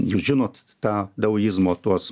jūs žinot tą daoizmo tuos